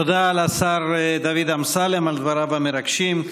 תודה לשר דוד אמסלם על דבריו המרגשים.